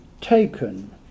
taken